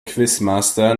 quizmaster